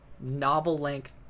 novel-length